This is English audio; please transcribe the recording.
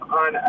on